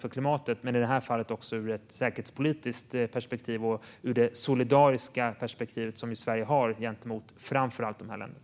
Det handlar om klimatet, men i det här fallet också om ett säkerhetspolitiskt perspektiv och det solidariska perspektiv som Sverige har gentemot framför allt de här länderna.